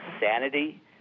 sanity